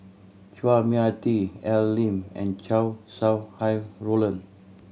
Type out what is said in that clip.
Chua Mia Tee Al Lim and Chow Sau Hai Roland